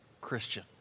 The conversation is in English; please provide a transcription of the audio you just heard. Christian